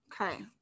Okay